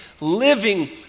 living